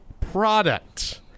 product